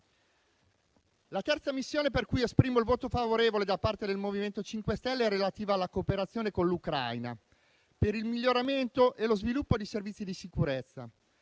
La terza missione, per cui esprimo il voto favorevole da parte del MoVimento 5 Stelle, è relativa alla cooperazione con l'Ucraina per il miglioramento e lo sviluppo di servizi di sicurezza,